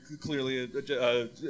clearly